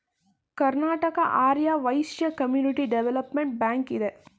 Karnataka Arya Vaishya community development bank ಇದೆ